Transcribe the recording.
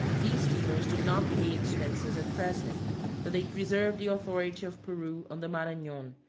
these steamers do not pay expenses at present but they preserve the authority of peru on the maranon,